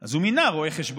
אז הוא מינה רואה חשבון,